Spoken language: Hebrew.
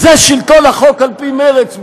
זה שלטון החוק על פי מרצ?